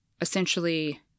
essentially